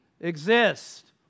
exist